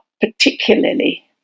particularly